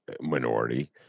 minority